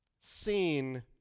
seen